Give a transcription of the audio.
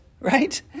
right